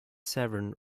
severn